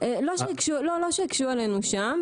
לא, לא שהקשו עלינו שם.